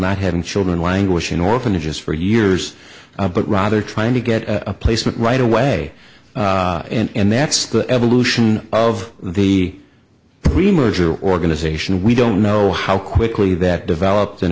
not having children languish in orphanages for years but rather trying to get a placement right away and that's the evolution of the pre merger organization we don't know how quickly that develops and